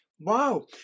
Wow